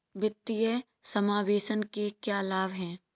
वित्तीय समावेशन के क्या लाभ हैं?